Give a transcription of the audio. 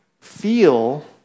feel